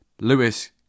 Lewis